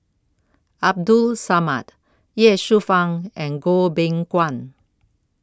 Abdul Samad Ye Shufang and Goh Beng Kwan